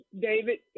David